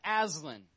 Aslan